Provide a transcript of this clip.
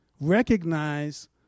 Recognize